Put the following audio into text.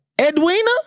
Edwina